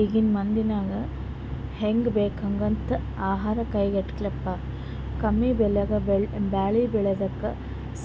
ಈಗಿನ್ ಮಂದಿಗ್ ಹೆಂಗ್ ಬೇಕಾಗಂಥದ್ ಆಹಾರ್ ಕೈಗೆಟಕಪ್ಲೆ ಕಮ್ಮಿಬೆಲೆಗ್ ಬೆಳಿ ಬೆಳ್ಯಾದಕ್ಕ